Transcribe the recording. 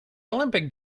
olympic